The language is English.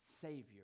savior